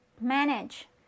manage